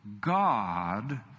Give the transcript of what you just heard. God